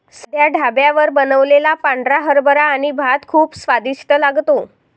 साध्या ढाब्यावर बनवलेला पांढरा हरभरा आणि भात खूप स्वादिष्ट लागतो